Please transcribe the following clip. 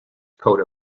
coat